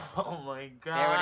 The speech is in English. oh my god.